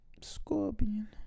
Scorpion